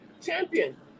champion